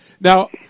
Now